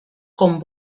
con